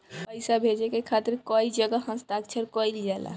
पैसा भेजे के खातिर कै जगह हस्ताक्षर कैइल जाला?